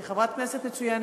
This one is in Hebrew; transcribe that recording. היא חברת כנסת מצוינת.